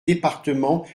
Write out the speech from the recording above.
départements